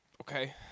okay